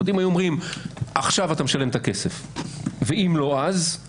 אם היו אומרים: עכשיו אתה משלם את הכסף ואם לא אז שזה לא עובד.